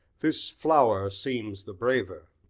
this flower seems the braver.